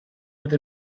would